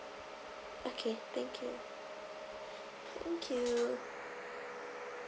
okay thank you thank you